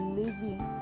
living